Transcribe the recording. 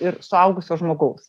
ir suaugusio žmogaus